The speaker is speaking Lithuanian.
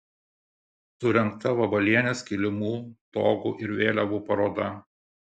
surengta vabalienės kilimų togų ir vėliavų paroda